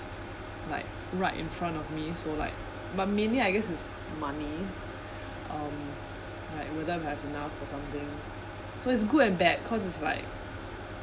like right in front of me so like but mainly I guess is money um like will I have enough or something it was good and bad cause it's like